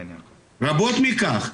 יותר מכך,